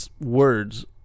words